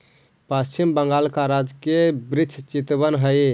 पश्चिम बंगाल का राजकीय वृक्ष चितवन हई